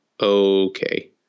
okay